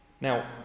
Now